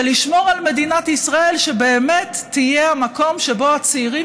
ולשמור על מדינת ישראל שבאמת תהיה המקום שבו הצעירים